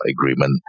agreement